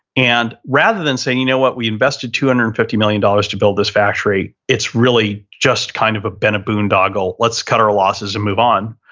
and rather than saying, you know what? we invested two and hundred and fifty million dollars to build this factory. it's really just kind of been a boondoggle. let's cut our losses and move on.